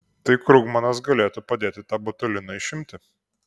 tai krugmanas galėtų padėti tą botuliną išimti